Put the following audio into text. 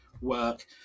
work